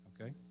okay